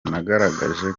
nagerageje